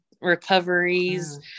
recoveries